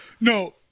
No